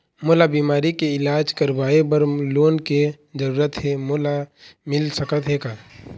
मोला बीमारी के इलाज करवाए बर लोन के जरूरत हे मोला मिल सकत हे का?